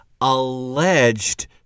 alleged